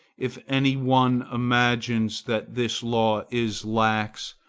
if any one imagines that this law is lax,